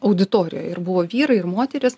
auditorijoj ir buvo vyrai ir moterys